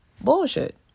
bullshit